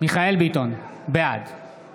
מיכאל מרדכי ביטון, בעד